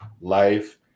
life